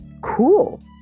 Cool